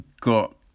got